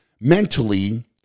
mentally